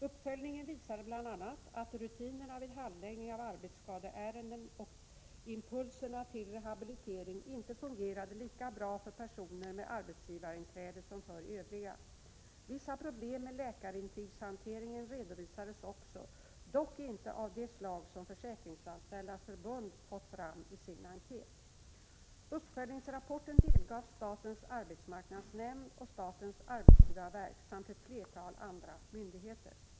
Uppföljningen visade bl.a. att rutinerna vid handläggning av arbetsskadeärenden och impulserna till rehabilitering inte fungerade lika bra för personer med arbetsgivarinträde som för övriga. Vissa problem med läkarintygshanteringen redovisades också, dock inte av det slag som Försäkringsanställdas förbund fått fram i sin enkät. Uppföljningsrapporten delgavs statens arbetsmarknadsnämnd och statens arbetsgivarverk samt ett flertal andra myndigheter.